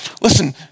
Listen